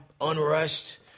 unrushed